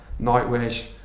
Nightwish